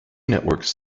networks